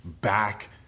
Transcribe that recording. back